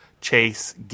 chase